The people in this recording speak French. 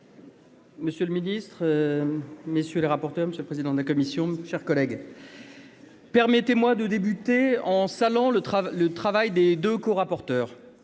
Monsieur le ministre, messieurs les rapporteurs, monsieur le président de la commission chers collègues. Permettez-moi de débuter en salant le travail, le travail des deux co-rapporteurs